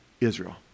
Israel